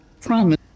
promise